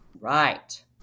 Right